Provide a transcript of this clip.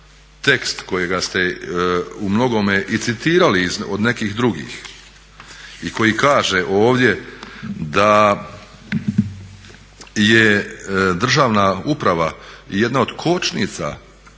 tekst kojega ste u mnogome i citirali od nekih drugih i koji kaže ovdje da je državna uprava jedna od kočnica